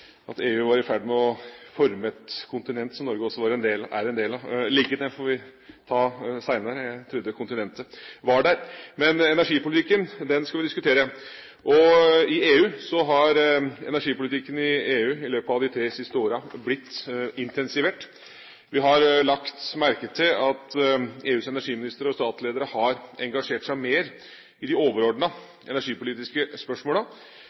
at EU var i ferd med å forme et kontinent som Norge også er en del av, ligge. Det får vi ta senere; jeg trodde kontinentet var der. Men energipolitikken, den skal vi diskutere. Energipolitikken i EU har i løpet av de tre siste årene blitt intensivert. Vi har lagt merke til at EUs energiministre og statsledere har engasjert seg mer i overordnede energipolitiske spørsmål. De